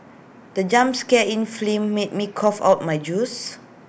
the jump scare in film made me cough out my juice